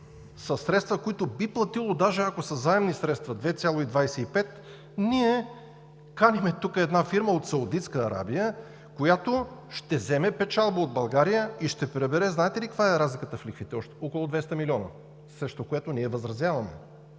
средства, които би платила, даже ако са заемни средства – 2,25%, каним тук една фирма от Саудитска Арабия, която ще вземе печалба от България и ще прибере – знаете ли каква е разликата в лихвите? – около 200 милиона, срещу което ние възразяваме.